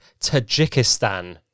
Tajikistan